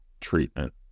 treatment